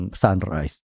sunrise